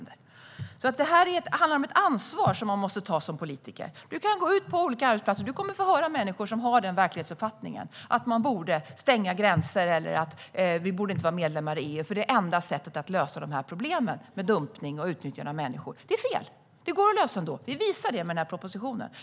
Det här handlar om ett ansvar som man måste ta som politiker. Den som går ut på olika arbetsplatser kommer att möta människor som har verklighetsuppfattningen att gränserna borde stängas eller att vi inte borde vara medlemmar i EU, eftersom det är det enda sättet att lösa problemen med dumpning och utnyttjande av människor. Detta är fel. Det går att lösa ändå, vilket vi visar med denna proposition.